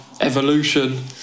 evolution